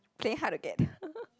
playing hard to get